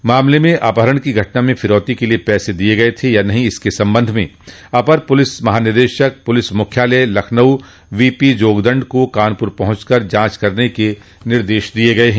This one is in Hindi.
इस मामले में अपहरण की घटना में फिरौती के लिये पैसे दिये गये थे या नहीं इसके संबंध में अपर पुलिस महानिदेशक पुलिस मुख्यालय लखनऊ वोपी जोग दंड को कानपुर पहुंच कर जांच करने के निर्देश दिये गये हैं